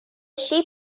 ship